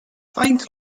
faint